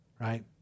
right